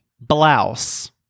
Blouse